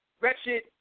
wretched